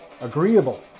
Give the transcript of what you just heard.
agreeable